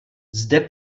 zde